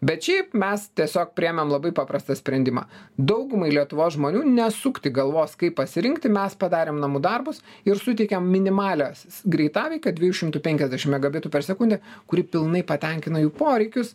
bet šiaip mes tiesiog priėmėm labai paprastą sprendimą daugumai lietuvos žmonių nesukti galvos kaip pasirinkti mes padarėm namų darbus ir suteikėm minimalią greitaveiką dviejų šimtų penkiasdešim megabitų per sekundę kuri pilnai patenkina jų poreikius